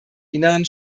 inneren